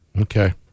Okay